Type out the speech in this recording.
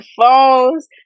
phones